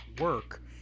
work